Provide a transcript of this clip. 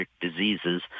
diseases